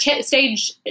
stage